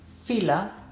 fila